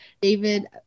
David